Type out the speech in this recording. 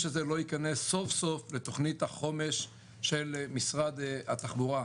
הזה לא ייכנס סוף סוף לתוכנית החומש של משרד התחבורה.